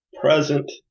Present